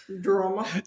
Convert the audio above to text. drama